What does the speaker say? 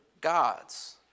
gods